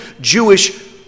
Jewish